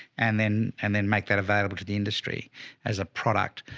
and then, and then make that available to the industry as a product.